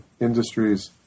industries